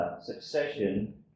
succession